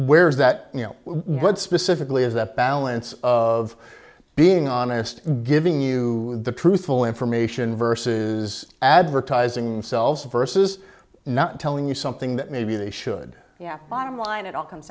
where is that you know what specifically is that balance of being honest giving you the truthful information versus advertising themselves versus not telling you something that maybe they should yeah bottom line it all comes